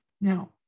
Now